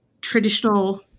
traditional